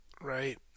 right